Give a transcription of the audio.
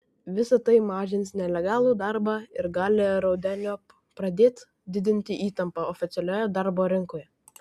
visa tai mažins nelegalų darbą ir gali rudeniop pradėti didinti įtampą oficialioje darbo rinkoje